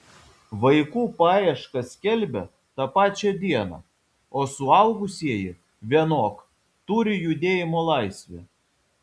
vaikų paiešką skelbia tą pačią dieną o suaugusieji vienok turi judėjimo laisvę